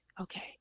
okay